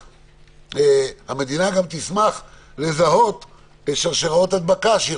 המדינה גם תשמח לזהות שרשראות הדבקה.